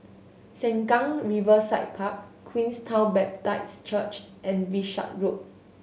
Sengkang Riverside Park Queenstown Baptist Church and Wishart Road